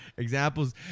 Examples